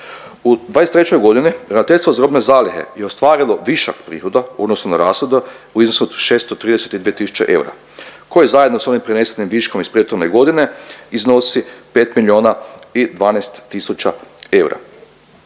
U '23. godini Ravnateljstvo za robne zalihe je ostvarilo višak prihoda u odnosu na rashode u iznosu od 632 tisuće eura koji zajedno sa ovim prenesenim viškom iz prethodne godine iznosi 5 miliona